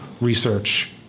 research